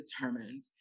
determined